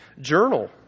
journal